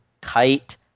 kite